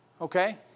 Okay